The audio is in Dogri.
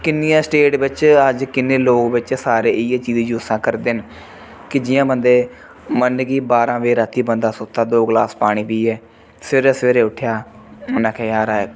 किन्नियां स्टेट बिच्च अज्ज किन्ने लोग बिच्च सारे इ'यै यूज़ करदे न कि जियां बंदे मन्नन कि बारां बजे रातीं बंदा सुत्ता दो गलास पानी पियै ते सवेरे सवेरे उट्ठेआ उन्नै आखेआ यार